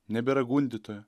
nebėra gundytojo